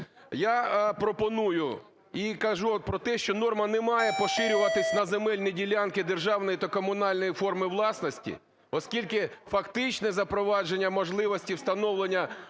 Я пропоную і кажу про те, що норма не має поширюватися на земельні ділянки державної та комунальної форми власності, оскільки фактичне запровадження можливості встановлення